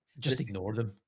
just ignore them.